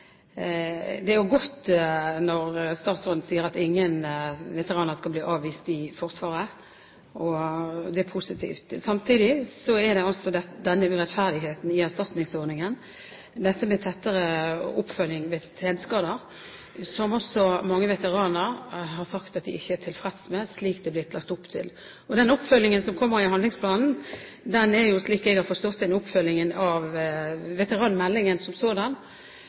Det er godt at statsråden sier at ingen veteraner skal bli avvist i Forsvaret. Det er positivt. Samtidig er det denne urettferdigheten i erstatningsordningen, og dette med tettere oppfølging ved senskader, som også mange veteraner har sagt at de ikke er tilfreds med, slik det er blitt lagt opp til. Den oppfølgingen som kommer i handlingsplanen, er – slik jeg har forstått det – en oppfølging av veteranmeldingen som sådan.